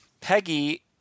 Peggy